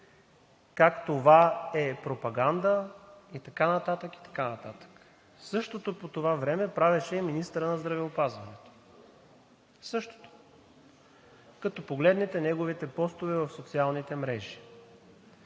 как това е пропаганда и така нататък. Същото по това време правеше и министърът на здравеопазването. Същото – като погледнете неговите постове в социалните мрежи!